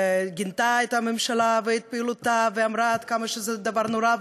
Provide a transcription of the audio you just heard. וגינתה את הממשלה ואת פעילותה ואמרה עד כמה שזה דבר נורא,